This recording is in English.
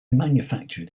manufactured